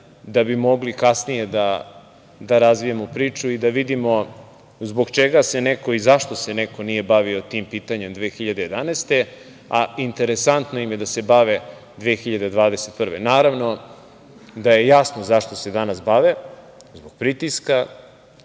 da bi mogli kasnije da razvijemo priču i da vidimo zbog čega se neko i zašto se neko nije bavio tim pitanjem 2011. godine, a interesantno im je da se bave 2021. godine. Naravno, da je jasno zašto se danas bave, zbog pritiska